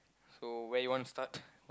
so where you wanna start